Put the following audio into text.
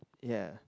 ya